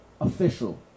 official